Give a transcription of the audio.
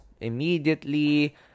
immediately